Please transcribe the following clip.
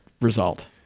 result